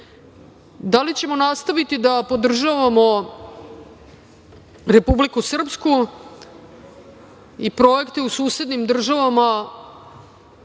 li ćemo nastaviti da podržavamo Republiku Srpsku i projekte u susednim državama,